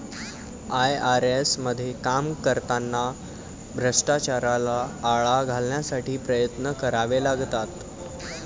IRS मध्ये काम करताना भ्रष्टाचाराला आळा घालण्यासाठी प्रयत्न करावे लागतात